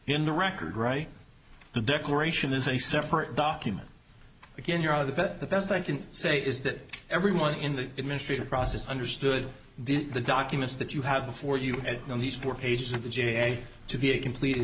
in the record right the declaration is a separate document again you're out of the bet the best i can say is that everyone in the administration process understood the documents that you have before you on these four pages of the j to be a complete